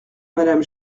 madame